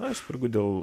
aš spurgu dėl